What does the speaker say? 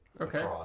okay